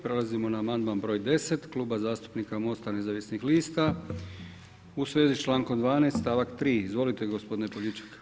Prelazimo na amandman broj 10 Kluba zastupnik MOST-a nezavisnih lista u svezi s člankom 12. stavak 4. Izvolite gospodine Poljičak.